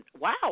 wow